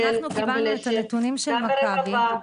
גם ברבבה,